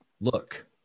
look